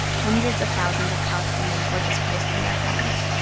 hundreds of thousands of palestinians were displaced from their homes.